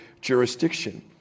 jurisdiction